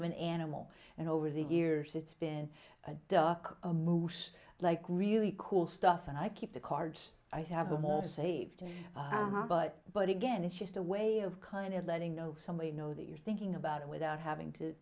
of an animal and over the years it's been a duck a moose like really cool stuff and i keep the cards i have a board saved but but again it's just a way of kind of letting know somebody know that you're thinking about it without having to